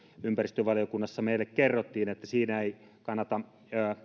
ympäristövaliokunnassa meille kerrottiin että siinä ei kannata